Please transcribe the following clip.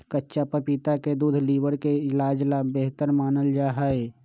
कच्चा पपीता के दूध लीवर के इलाज ला बेहतर मानल जाहई